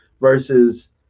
Versus